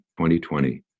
2020